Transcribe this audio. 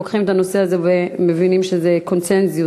כשאנחנו לוקחים את הנושא הזה ומבינים שזה קונסנזוס.